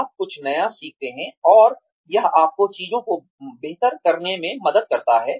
आप कुछ नया सीखते हैं और यह आपको चीजों को बेहतर करने में मदद करता है